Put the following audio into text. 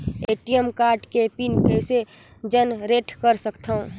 ATM card के pin कइसे generate कर सकथव?